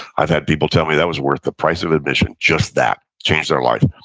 i've had people tell me that was worth the price of admission. just that, changed their life.